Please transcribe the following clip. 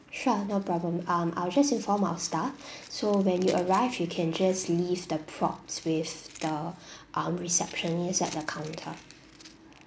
sure no problem um I'll just inform our staff so when you arrive you can just leave the props with the um receptionist at the counter